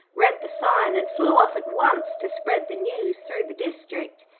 read the sign and flew off at once to spread the news through the district.